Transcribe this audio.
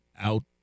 out